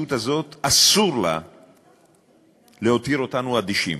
המציאות הזאת, אסור לה להותיר אותנו אדישים,